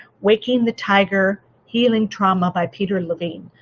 waking the tiger healing trauma by peter levine.